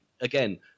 Again